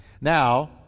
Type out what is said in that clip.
Now